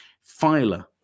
Filer